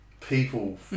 people